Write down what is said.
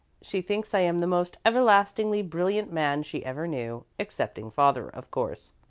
she thinks i am the most everlastingly brilliant man she ever knew excepting father, of course,